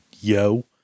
yo